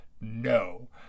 no